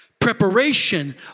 Preparation